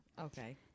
Okay